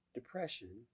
depression